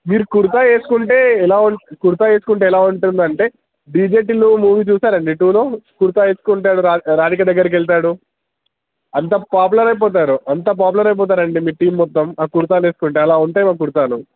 మీరు కుర్తా వేసుకుంటే ఎలా కుర్తా వేసుకుంటే ఎలా ఉంటుంది అంటే డీజే టిల్లు మూవీ చూశారా అండి టూ లో మీరు కుర్తా వేసుకుంటే అది రా రాధిక దగ్గరకి వెళ్తాడు అంత పాపులర్ అయిపోతారు అంత పాపులర్ అయిపోతారు అండి మీ టీం మొత్తం ఆ కుర్తాలు వేసుకుంటే అలా ఉంటాయి మా కుర్తాలు